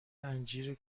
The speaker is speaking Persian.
انجیر